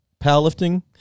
powerlifting